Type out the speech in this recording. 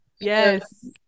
Yes